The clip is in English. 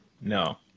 No